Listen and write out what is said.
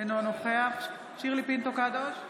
אינו נוכח שירלי פינטו קדוש,